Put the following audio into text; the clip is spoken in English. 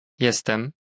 Jestem